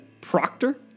Proctor